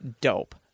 dope